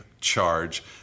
charge